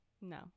no